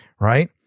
right